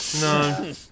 No